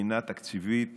מבחינה תקציבית